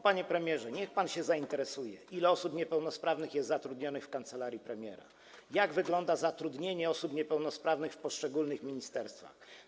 Panie premierze, niech pan się zainteresuje, ile osób niepełnosprawnych jest zatrudnionych w kancelarii premiera, jak wygląda zatrudnienie osób niepełnosprawnych w poszczególnych ministerstwach.